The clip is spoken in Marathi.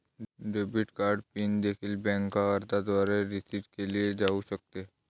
डेबिट कार्ड पिन देखील बँक अर्जाद्वारे रीसेट केले जाऊ शकते